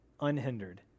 unhindered